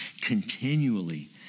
continually